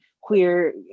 queer